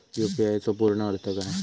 UPI चो पूर्ण अर्थ काय?